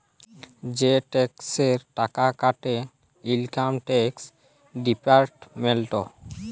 যে টেকসের টাকা কাটে ইলকাম টেকস ডিপার্টমেল্ট